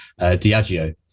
Diageo